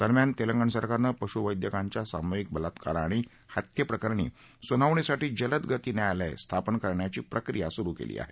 दरम्यान तेलंगण सरकारने पशु वैद्यकाच्या सामूहिक बलात्कार आणि हत्या प्रकरणी सुनावणीसाठी जलदगती न्यायालय स्थापन करण्याची प्रक्रिया सुरू आहे